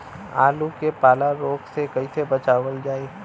आलू के पाला रोग से कईसे बचावल जाई?